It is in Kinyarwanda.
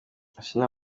asinah